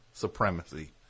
supremacy